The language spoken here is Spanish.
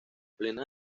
plena